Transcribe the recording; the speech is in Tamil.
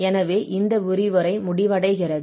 எனவே இந்த விரிவுரை முடிவடைகிறது